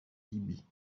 libye